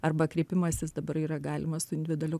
arba kreipimasis dabar yra galimas individualiu